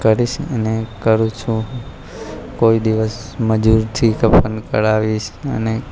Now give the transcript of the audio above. કરીશ અને કરું છું કોઈ દિવસ મજૂરથી પણ કામ કરાવીશ અને